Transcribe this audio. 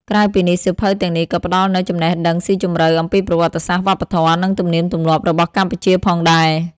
ក្រៅពីនេះ សៀវភៅទាំងនេះក៏ផ្ដល់នូវ ចំណេះដឹងស៊ីជម្រៅ អំពីប្រវត្តិសាស្ត្រ វប្បធម៌ និងទំនៀមទម្លាប់របស់កម្ពុជាផងដែរ។